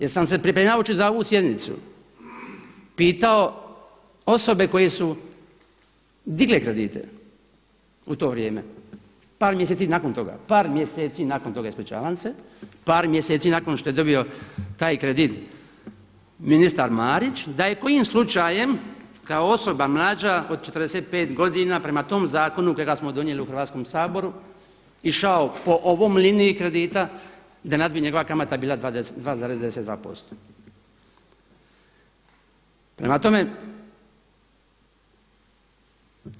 Jer sam se pripremajući za ovu sjednicu pitao osobe koje su digle kredite u to vrijeme, par mjeseci nakon toga, par mjeseci nakon toga, ispričavam se, par mjeseci nakon što je dobio taj kredit ministar Marić, da je kojim slučajem kao osoba mlađa od 45 godina prema tom zakonu kojega smo donijeli u Hrvatskom saboru išao po ovoj liniji kredita danas bi njegova kamata bila 2,92%